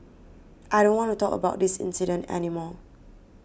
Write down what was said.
I don't want to talk about this incident any more